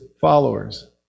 followers